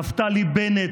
נפתלי בנט,